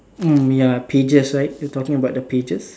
mm ya pages right you talking about the pages